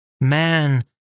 Man